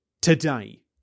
today